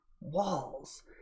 walls